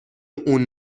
اون